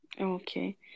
okay